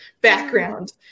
background